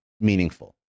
meaningful